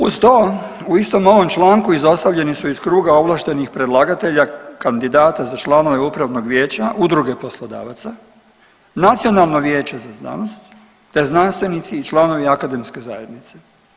Uz to u istom ovom članku izostavljeni su iz kruga ovlaštenih predlagatelja, kandidata za članove Upravnog vijeća Udruge poslodavaca Nacionalno vijeće za znanost, te znanstvenici i članovi akademske zajednice.